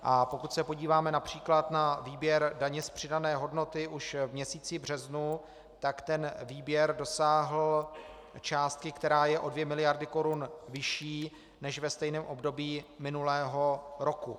A pokud se podíváme například na výběr daně z přidané hodnoty už v měsíci březnu, tak ten výběr dosáhl částky, která je o 2 miliardy korun vyšší než ve stejném období minulého roku.